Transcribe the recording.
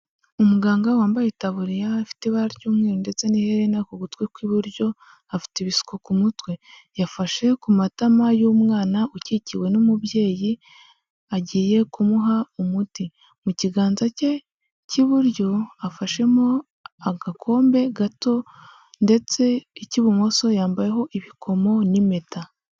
Umuganga wambaye itabuririya afite ibara ry'umweru ndetse n'iherena ku gutwi kw'iburyo afite ibisuko ku mutwe, yafashe ku matama y'umwana ukikiwe n'umubyeyi agiye kumuha umuti, mu kiganza cye cy'iburyo afashemo agakombe gato ndetse icy'ibumoso yambayeho ibikomo n'impeta.